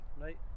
Right